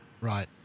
Right